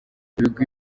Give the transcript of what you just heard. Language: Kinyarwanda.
ibigwi